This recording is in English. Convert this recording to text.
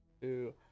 two